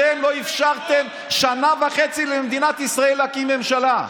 אתם לא אפשרתם שנה וחצי למדינת ישראל להקים ממשלה,